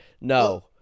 no